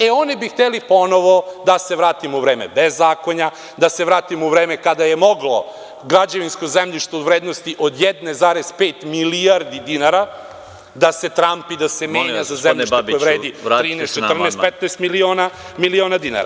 E, oni bi hteli ponovo da se vratimo u vreme bezakonja, da se vratimo u vreme kada je moglo građevinsko zemljište u vrednosti od 1,5 milijardi dinara da se trampi i da se menja za zemljište u vrednosti od 13, 14, ili 15 miliona dinara.